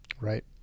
Right